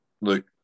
look